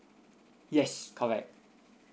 yes correct